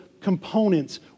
Components